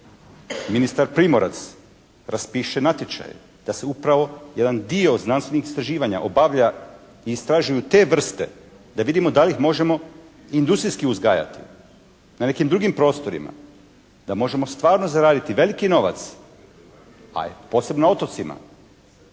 ministar Primorac raspiše natječaje da se upravo jedan dio znanstvenih istraživanja obavlja i istražuju te vrste da vidimo da li ih možemo industrijski uzgajati na nekim drugim prostorima, da možemo stvarno zaraditi veliki novac, a posebno na otocima,